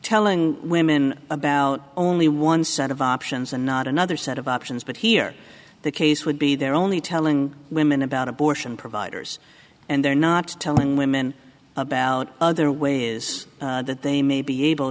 telling women about only one set of options and not another set of options but here the case would be their only telling women about abortion providers and they're not telling women about other way is that they may be able